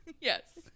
Yes